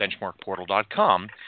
BenchmarkPortal.com